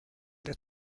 der